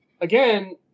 again